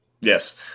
Yes